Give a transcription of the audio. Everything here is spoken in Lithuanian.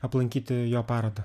aplankyti jo parodą